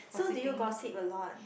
so did you gossip a lot